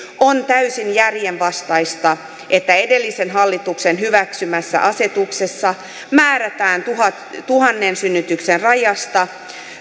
on täysin järjenvastaista että edellisen hallituksen hyväksymässä asetuksessa määrätään tuhannen tuhannen synnytyksen rajasta